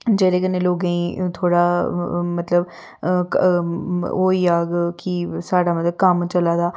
जेह्दे कन्नै लोकें गी थोह्ड़ा मतलब ओह् होई जाह्ग कि साढ़ा मतलब कम्म चला दा